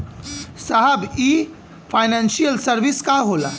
साहब इ financial service का होला?